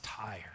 tired